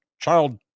child